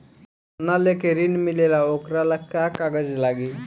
सोना लेके ऋण मिलेला वोकरा ला का कागज लागी?